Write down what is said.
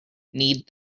need